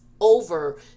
over